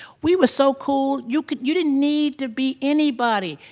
we were so cool, you could you didn't need to be anybody.